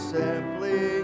simply